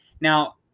Now